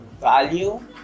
value